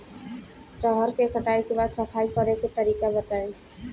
रहर के कटाई के बाद सफाई करेके तरीका बताइ?